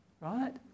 right